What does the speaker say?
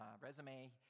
resume